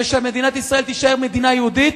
ושמדינת ישראל תישאר מדינה יהודית,